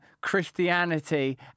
Christianity